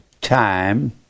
time